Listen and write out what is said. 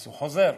הוא חוזר.